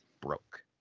broke